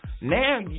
now